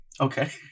Okay